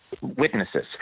witnesses